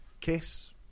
kiss